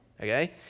Okay